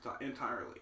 entirely